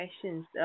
questions